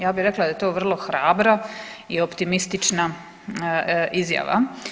Ja bih rekla da je to vrlo hrabra i optimistična izjava.